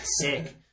sick